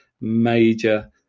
major